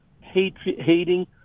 hating